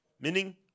meaning